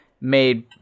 made